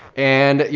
and you